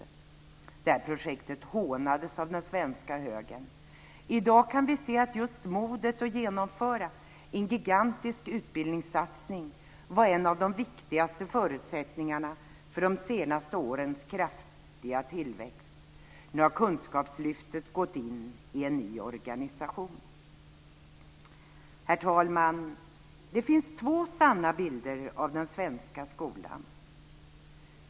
Det här projektet hånades av den svenska högern. I dag kan vi se att just modet att genomföra en gigantisk utbildningssatsning var en av de viktigaste förutsättningarna för de senaste årens kraftiga tillväxt. Nu har Kunskapslyftet gått in i en ny organisation. Herr talman! Det finns två sanna bilder av den svenska skolan.